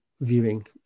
viewing